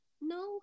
No